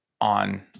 on